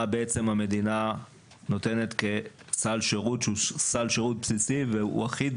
מה בעתם המדינה נותנת כסל שירות שהוא בסיסי והוא אחיד